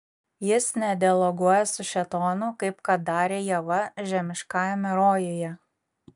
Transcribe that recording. jis nedialoguoja su šėtonu kaip kad darė ieva žemiškajame rojuje